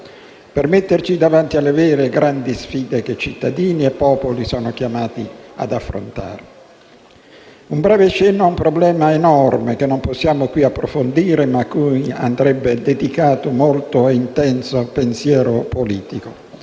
per metterci davanti alle vere grandi sfide che cittadini e popoli sono chiamati ad affrontare. Un breve cenno a un problema enorme, che non possiamo qui approfondire, ma cui andrebbe dedicato molto e intenso pensiero politico.